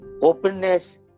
openness